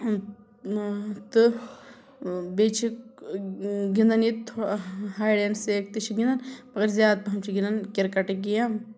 تہٕ بیٚیہِ چھِ گِنٛدان ییٚتہِ تھو ہایڑ اینٛڑ سیٖک تہِ چھِ گِنٛدان مگر زیادٕ پَہَم چھِ گِنٛدان کِرکَٹٕے گیم